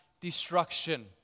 destruction